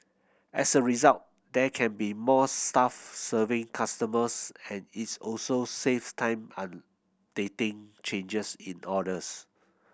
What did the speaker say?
as a result there can be more staff serving customers and it's also saves time an dating changes in orders